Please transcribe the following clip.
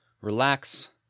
relax